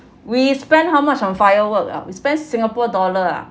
we spend how much on firework ah we spend singapore dollar ah